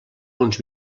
uns